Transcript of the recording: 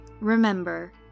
Remember